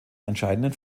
entscheidenden